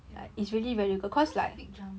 ya because big jump